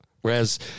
Whereas